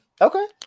Okay